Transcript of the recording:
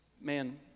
man